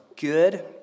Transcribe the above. good